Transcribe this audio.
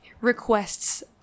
requests